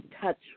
touch